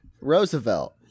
Roosevelt